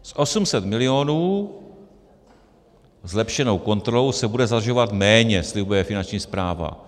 Z 800 milionů zlepšenou kontrolou se bude zdražovat méně, slibuje Finanční správa.